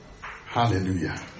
Hallelujah